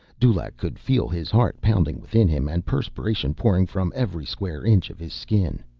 dulaq could feel his heart pounding within him and perspiration pouring from every square inch of his skin.